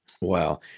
Wow